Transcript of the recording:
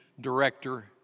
director